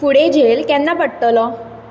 फुडें झेल केन्ना पडटलो